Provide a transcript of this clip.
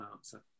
answer